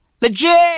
Legit